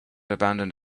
abandoned